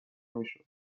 میشد